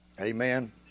Amen